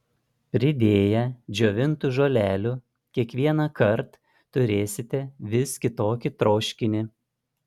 pridėję džiovintų žolelių kiekvienąkart turėsite vis kitokį troškinį